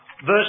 Verse